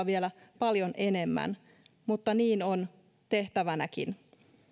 vielä paljon enemmän mutta niin on tehtävänäkin